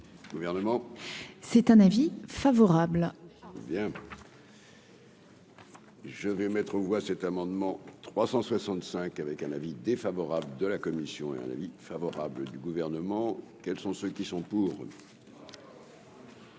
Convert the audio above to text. c'est un avis favorable bien. Je vais mettre aux voix cet amendement 365 avec un avis défavorable de la commission et un avis favorable du gouvernement, quels sont ceux qui sont pour.